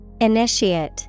Initiate